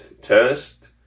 test